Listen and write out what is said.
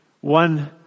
One